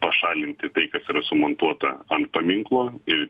pašalinti tai kas yra sumontuota ant paminklo ir